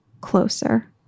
closer